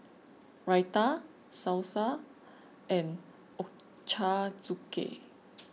Raita Salsa and Ochazuke